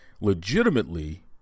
legitimately